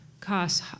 costs